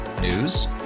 news